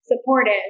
supportive